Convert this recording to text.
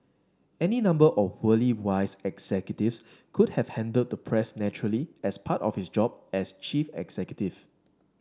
any number of worldly wise executives could have handled the press naturally as part of his job as chief executive